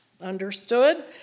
Understood